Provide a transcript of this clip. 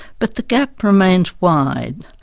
but the gap remains wide.